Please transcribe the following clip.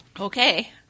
Okay